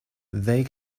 they